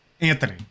Anthony